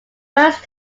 first